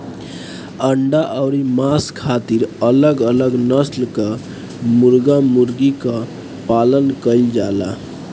अंडा अउर मांस खातिर अलग अलग नसल कअ मुर्गा मुर्गी कअ पालन कइल जाला